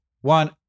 one